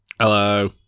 Hello